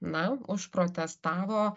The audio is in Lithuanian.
na užprotestavo